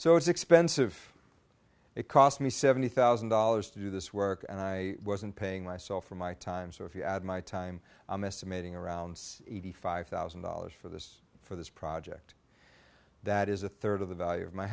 so it's expensive it cost me seventy thousand dollars to do this work and i wasn't paying myself for my time so if you add my time i'm estimating around eighty five thousand dollars for this for this project that is a third of the value of my